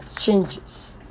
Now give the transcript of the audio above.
changes